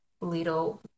little